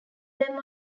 them